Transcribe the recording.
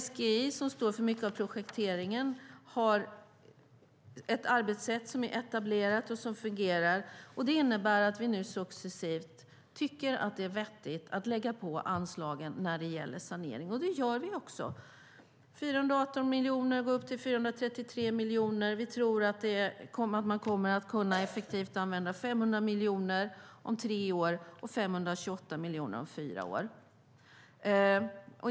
SGI står för mycket av projekteringen och har ett etablerat och fungerande arbetssätt. Det innebär att vi tycker att det är vettigt att successivt lägga på anslagen för sanering. Det gör vi också. 418 miljoner höjs till 433 miljoner. Vi tror att man effektivt kommer att använda 500 miljoner om tre år och 528 miljoner om fyra år.